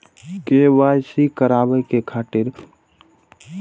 KYC कराबे के खातिर ककरा से संपर्क करबाक चाही?